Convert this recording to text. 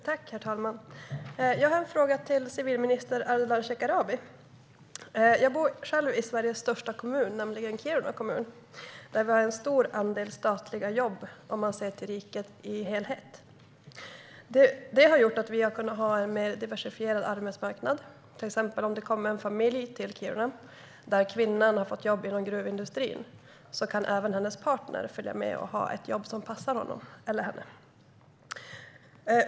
Herr talman! Jag har en fråga till civilminister Ardalan Shekarabi. Jag bor i Sveriges största kommun, nämligen i Kiruna. Där finns en stor andel statliga jobb, sett till riket i helhet. Det har gjort att vi har kunnat ha en diversifierad arbetsmarknad. Om det till exempel flyttar en familj till Kiruna där kvinnan har fått jobb inom gruvindustrin kan även hennes partner få ett jobb som passar honom.